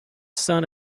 son